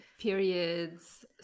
Periods